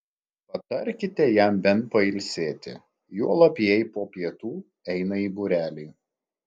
patarkite jam bent pailsėti juolab jei po pietų eina į būrelį